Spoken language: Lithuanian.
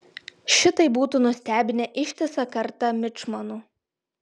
šitai būtų nustebinę ištisą kartą mičmanų